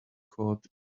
caught